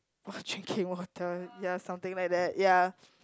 while drinking water ya something like that ya